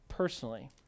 personally